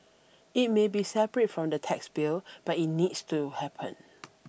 it may be separate from the tax bill but it needs to happen